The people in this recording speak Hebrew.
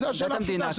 זו שאלה פשוטה.